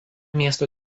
miesto